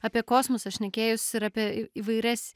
apie kosmosą šnekėjus ir apie įvairias